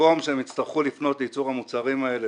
במקום שהם יצטרכו לפנות לייצור המוצרים האלה